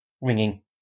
ringing